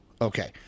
Okay